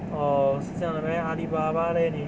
orh 是这样的 meh 阿里巴巴 leh 你